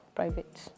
private